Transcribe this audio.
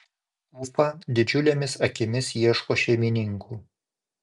ufa didžiulėmis akimis ieško šeimininkų